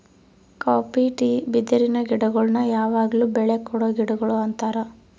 copy tea ಬಿದಿರಿನ ಗಿಡಗುಳ್ನ ಯಾವಗ್ಲು ಬೆಳೆ ಕೊಡೊ ಗಿಡಗುಳು ಅಂತಾರ